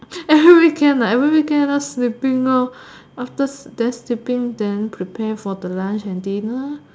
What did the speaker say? every weekend every weekend just sleeping after then sleeping then sleeping for the lunch and dinner